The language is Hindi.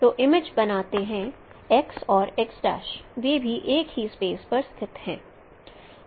तो इमेज बनाते हैं और वे भी एक ही स्पेस पर स्थित हैं